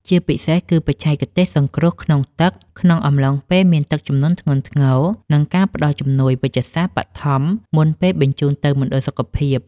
ជាពិសេសគឺបច្ចេកទេសសង្គ្រោះក្នុងទឹកក្នុងអំឡុងពេលមានទឹកជំនន់ធ្ងន់ធ្ងរ និងការផ្ដល់ជំនួយវេជ្ជសាស្ត្របឋមមុនពេលបញ្ជូនទៅមណ្ឌលសុខភាព។